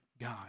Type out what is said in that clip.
God